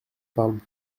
parle